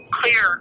clear